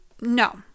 no